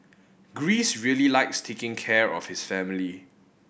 Greece really likes taking care of his family